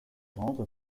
rendre